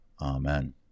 Amen